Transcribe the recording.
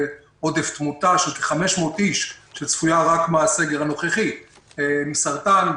עודף תמותה כתוצאה מהסגר הנוכחי מסרטן,